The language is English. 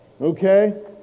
okay